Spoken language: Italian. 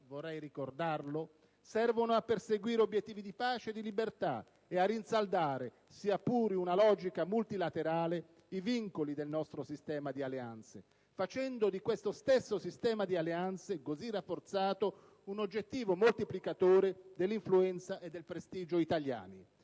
vorrei ricordarlo - servono a perseguire obiettivi di pace e di libertà e a rinsaldare, sia pure in una logica multilaterale, i vincoli del nostro sistema di alleanze, facendo di questo stesso sistema, così rafforzato, un oggettivo moltiplicatore dell'influenza e del prestigio italiani,